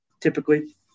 typically